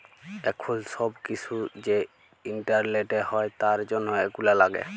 এখুল সব কিসু যে ইন্টারলেটে হ্যয় তার জনহ এগুলা লাগে